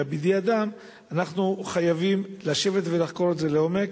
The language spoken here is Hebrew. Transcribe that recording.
בידי אדם, אנחנו חייבים לשבת ולחקור את זה לעומק.